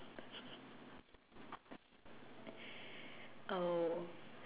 oh